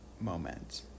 moment